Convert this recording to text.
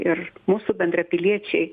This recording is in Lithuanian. ir mūsų bendrapiliečiai